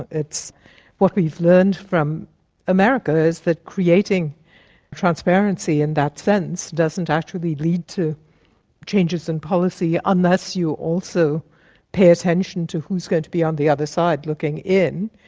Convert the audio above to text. what we've learned from america is that creating transparency in that sense doesn't actually lead to changes in policy unless you also pay attention to who is going to be on the other side looking in.